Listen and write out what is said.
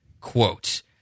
quote